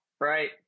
right